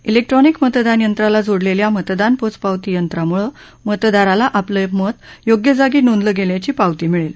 ज्ञिक्ट्रॉनिक मतदान यंत्राला जोडलेल्या मतदान पोचपावती यंत्रामुळे मतदाराला आपलं मत योग्य जागी नोदलं गेल्याची पावती मिळेल